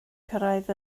cyrraedd